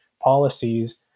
policies